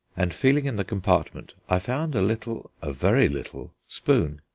and feeling in the compartment, i found a little, a very little, spoon.